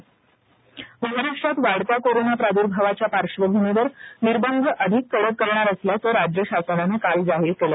महाराष्ट्र निर्बंध महाराष्ट्रात वाढत्या कोरोना प्रादुर्भावाच्या पार्श्वभूमीवर निर्बंध अधिक कडक करणार असल्याचं राज्य शासनानं काल जाहीर केलं